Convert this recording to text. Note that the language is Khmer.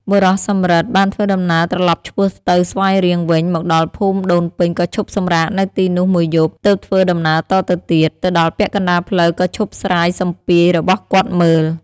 បុរសសំរិទ្ធ បានធ្វើដំណើរត្រឡប់ឆ្ពោះទៅស្វាយរៀងវិញ មកដល់ភូមិដូនពេញក៏ឈប់សម្រាកនៅទីនោះ ១ យប់ ទើបធ្វើដំណើរតទៅទៀត ទៅដល់ពាក់កណ្តាលផ្លូវក៏ឈប់ស្រាយសំពាយរបស់គាត់មើល ។